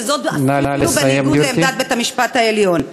וזאת אפילו בניגוד לעמדת בית-המשפט העליון.